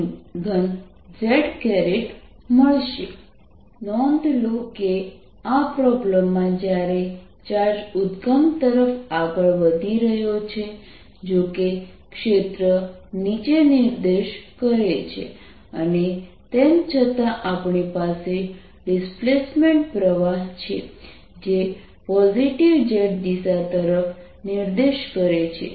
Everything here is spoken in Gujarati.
14π0 qv2 ddt1t2z JD 12πqv2t3z નોંધ લો કે આ પ્રોબ્લેમમાં જ્યારે ચાર્જ ઉદ્દગમ તરફ આગળ વધી રહ્યો છે જોકે ક્ષેત્ર નીચે નિર્દેશ કરે છે અને તેમ છતાં આપણી પાસે ડિસ્પ્લેસમેન્ટ પ્રવાહ છે જે પોઝિટિવ z દિશા તરફ નિર્દેશ કરે છે